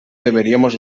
deberíamos